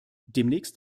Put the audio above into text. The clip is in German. demnächst